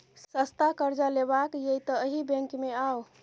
सस्ता करजा लेबाक यै तए एहि बैंक मे आउ